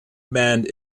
banned